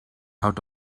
out